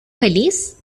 feliz